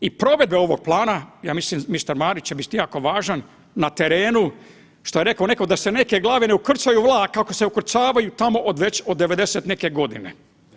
I provedbe ovog plana, ja mislim mister Marić će biti jako važan na terenu, što je reko neko da se neke glave ne ukrcaju u vlak kako se ukrcavaju tamo od već od 90 i neke godine.